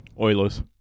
Oilers